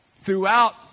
throughout